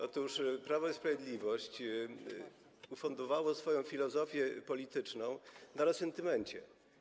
Otóż Prawo i Sprawiedliwość ufundowało swoją filozofię polityczną na resentymencie.